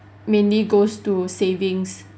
mainly goes to savings